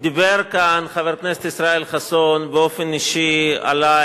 דיבר כאן חבר הכנסת ישראל חסון באופן אישי עלי